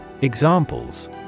Examples